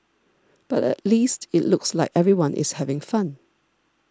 but at least it looks like everyone is having fun